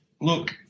Look